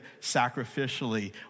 sacrificially